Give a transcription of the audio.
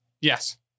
Yes